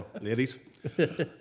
Ladies